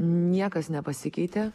niekas nepasikeitė